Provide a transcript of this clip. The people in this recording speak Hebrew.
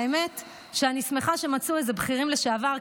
האמת היא שאני שמחה שמצאו איזה בכירים לשעבר,